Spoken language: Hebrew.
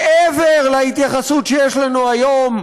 מעבר להתייחסות שיש לנו היום,